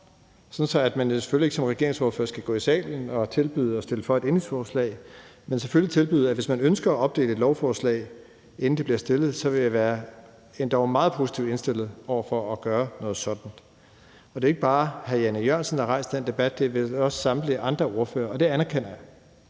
at man selvfølgelig ikke som regeringsordfører skal gå i salen og tilbyde at stemme for et ændringsforslag, men tilbyde, at hvis man ønsker at opdele et lovforslag, inden ændringsforslaget bliver stillet, vil jeg være endog meget positivt indstillet over for at gøre noget sådant. Det er ikke bare hr. Jan E. Jørgensen, der har rejst den debat; det er vist også samtlige andre ordførere, og det anerkender jeg.